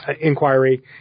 inquiry